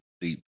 deep